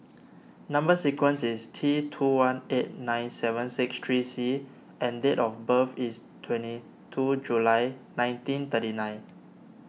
Number Sequence is T two one eight nine seven six three C and date of birth is twenty two July nineteen thirty nine